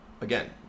Again